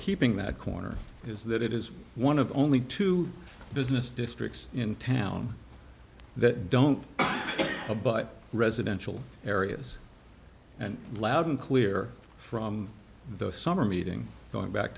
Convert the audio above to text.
keeping that corner is that it is one of only two business districts in town that don't abut residential areas and loud and clear from the summer meeting going back